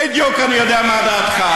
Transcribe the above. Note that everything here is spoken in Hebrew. בדיוק אני יודע מה דעתך.